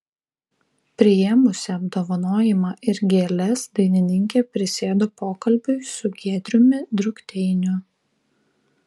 priėmusi apdovanojimą ir gėles dainininkė prisėdo pokalbiui su giedriumi drukteiniu